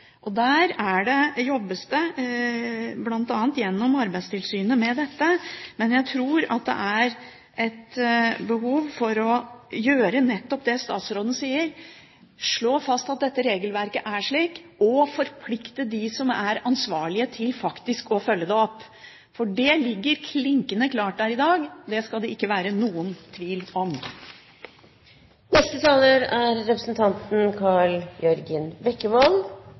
Det jobbes bl.a. gjennom arbeidstilsynet med dette. Men jeg tror det er behov for å gjøre nettopp det statsråden sier: å slå fast at dette regelverket er slik, og forplikte dem som er ansvarlige til faktisk å følge det opp. Det ligger der klinkende klart i dag. Det skal det ikke være noen tvil om.